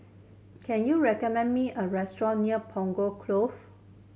can you recommend me a restaurant near Punggol Cove